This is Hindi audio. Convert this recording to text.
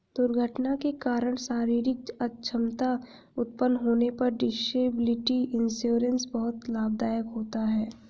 दुर्घटना के कारण शारीरिक अक्षमता उत्पन्न होने पर डिसेबिलिटी इंश्योरेंस बहुत लाभदायक होता है